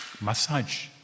Massage